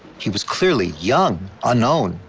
he was clearly young, unknown,